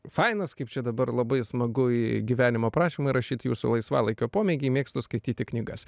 fainas kaip čia dabar labai smagu į gyvenimo aprašymą įrašyt jūsų laisvalaikio pomėgį mėgstu skaityti knygas